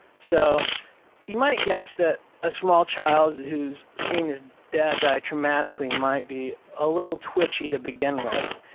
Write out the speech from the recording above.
so you might guess that a small child who's seen his dad die traumatically might be a little twitchy to begin with.